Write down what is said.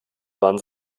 waren